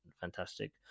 fantastic